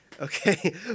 Okay